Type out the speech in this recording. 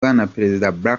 barack